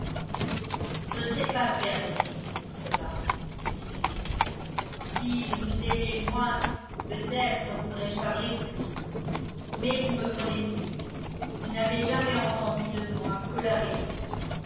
je ne sais pas faire de discours emma dit-il si je vous aimais moins peut-être pourrais-je parler plus mais vous me connaissez vous n'avez jamais entendu de moi que la vérité